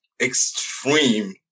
extreme